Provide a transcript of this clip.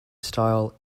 style